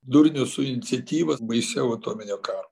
durnius su iniciatyva baisiau atominio karo